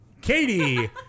Katie